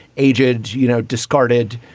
aged, you know, discarded,